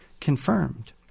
confirmed